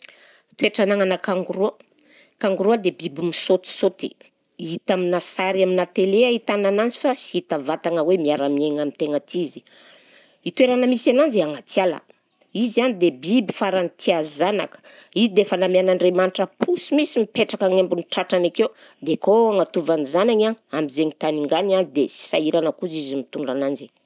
Toetra anagnanà kangoroa, kangoroa dia biby misaotisaoty, hita aminà sary aminà télé ahitana ananjy fa sy hita vatagna hoe miara-miaigna am'tegna aty izy, i toerana misy ananjy agnaty ala, izy a de biby farany tia zanaka, izy dia efa namiàn'Andriamanitra posy mihisy mipetraka agny ambony tratrany akeo dia akao agnatovany zagnany a am'zainy tany hingany a dia sy sahirana kosa izy mitondra ananjy.